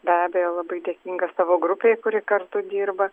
be abejo labai dėkinga savo grupei kuri kartu dirba